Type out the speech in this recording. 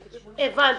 הבנתי.